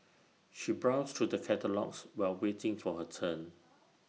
she browsed through the catalogues while waiting for her turn